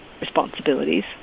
responsibilities